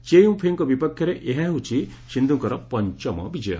ଚେଁ ୟୁ ଫେଇଙ୍କ ବିପକ୍ଷରେ ଏହା ହେଉଛି ସିନ୍ଧ୍ରଙ୍କର ପଞ୍ଚମ ବିଜୟ